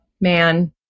man